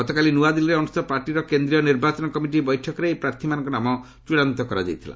ଗତକାଲି ନୂଆଦିଲ୍ଲୀରେ ଅନୁଷ୍ଠିତ ପାର୍ଟିର କେନ୍ଦ୍ରୀୟ ନିର୍ବାଚନ କମିଟି ବୈଠକରେ ଏହି ପ୍ରାର୍ଥୀମାନଙ୍କ ନାମ ଘୋଷଣା କରାଯାଇଛି